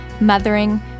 mothering